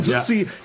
See